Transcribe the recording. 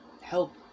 help